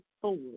forward